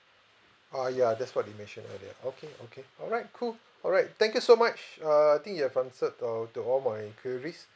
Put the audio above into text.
ah ya that's what you mentioned earlier okay okay all right cool all right thank you so much err I think you have answered uh to all my queries